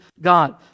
God